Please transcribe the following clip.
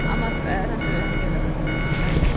ஆமாம் சார் நான் சிவகங்கையில் தான் சார் இருக்கேன்